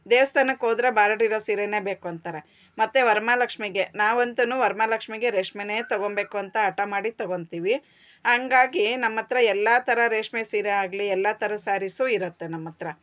ದೇವಸ್ಥಾನಕ್ಕೋದ್ರೆ ಬಾರ್ಡ್ರಿರೋ ಸೀರೆನೇ ಬೇಕು ಅಂತಾರೆ ಮತ್ತೆ ವರ್ಮಹಾಲಕ್ಷ್ಮೀಗೆ ನಾವಂತೂ ವರಮಹಾಲಕ್ಷ್ಮೀಗೆ ರೇಷ್ಮೆನೇ ತೊಗೊಳ್ಬೇಕು ಅಂತ ಹಠ ಮಾಡಿ ತೊಗೊಳ್ತೀವಿ ಹಂಗಾಗಿ ನಮ್ಮ ಹತ್ರ ಎಲ್ಲ ಥರ ರೇಷ್ಮೆ ಸೀರೆ ಆಗಲಿ ಎಲ್ಲ ಥರದ ಸಾರೀಸು ಇರುತ್ತೆ ನಮ್ಮ ಹತ್ರ